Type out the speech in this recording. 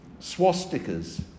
Swastikas